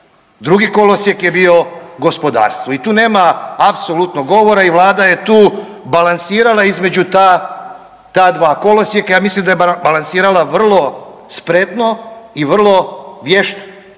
Drugi kolosijek je bio gospodarstvo i tu nema apsolutno govora i vlada je tu balansirala između ta, ta dva kolosijeka. Ja mislim da je balansirala vrlo spretno i vrlo spretno.